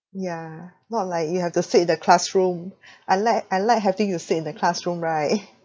yeah not like you have to sit in the classroom unlike unlike having to sit in the classroom right